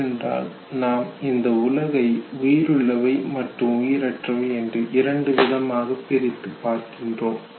ஏனென்றால் நாம் இந்த உலகை உயிருள்ளவை மற்றும் உயிரற்றவை என்று இரண்டு விதமாக பிரித்து பார்க்கின்றோம்